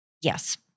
Yes